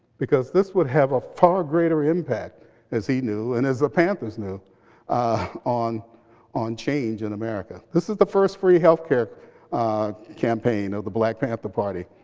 because this would have a far greater impact as he knew, and as the panthers knew on on change in america. this is the first free health care campaign of the black panther party.